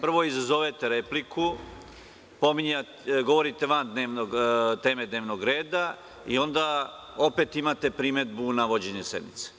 Prvo izazovete repliku, govorite van teme dnevnog reda, a onda opet imate primedbu na vođenje sednice.